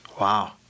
Wow